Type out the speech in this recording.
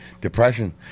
depression